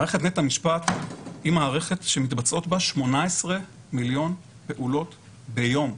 מערכת בית המשפט היא מערכת שמתבצעות בה 18 מיליון פעולות ביום.